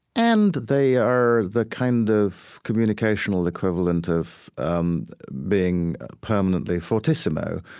and they are the kind of communicational equivalent of um being permanently fortissimo.